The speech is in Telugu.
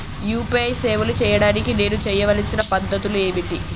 యూ.పీ.ఐ సేవలు చేయడానికి నేను చేయవలసిన పద్ధతులు ఏమిటి?